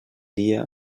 dia